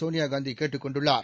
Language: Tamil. சோனியா காந்தி கேட்டுக் கொண்டுள்ளார்